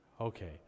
Okay